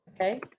Okay